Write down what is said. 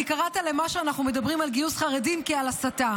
כי דיברת למה שאנחנו מדברים על גיוס חרדים כעל הסתה.